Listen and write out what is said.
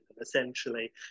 essentially